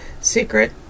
secret